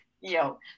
Yo